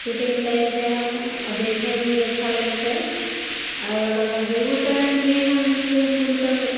shooting करय छै एहन आओर देखयमे भी अच्छा लगय छै आर ओकर बाद बेगुसरायमे भी एहन स्विमिंग पुल सभ